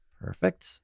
perfect